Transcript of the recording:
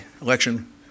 election